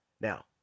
now